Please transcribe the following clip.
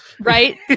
Right